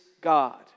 God